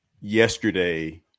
Yesterday